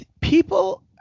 People